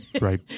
Right